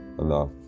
enough